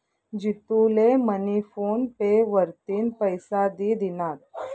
जितू ले मनी PhonePe वरतीन पैसा दि दिनात